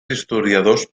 historiadors